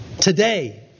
today